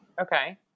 Okay